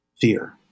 Fear